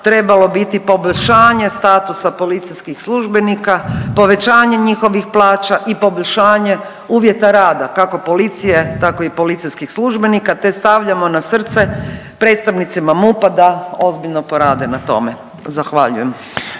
trebalo biti poboljšanje statusa policijskih službenika, povećanje njihovih plaća i poboljšanje uvjeta rada kako policije tako i policijskih službenika te stavljamo na srce predstavnicima MUP-a da ozbiljno porade na tome. Zahvaljujem.